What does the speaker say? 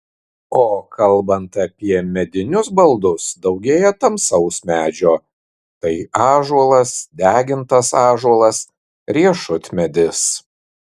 o kalbant apie medinius baldus daugėja tamsaus medžio tai ąžuolas degintas ąžuolas riešutmedis